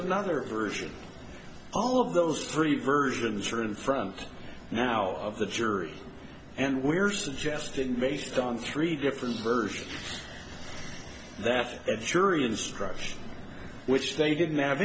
another version all of those three versions are in front now of the jury and we're suggesting based on three different versions that the jury instruction which they didn't have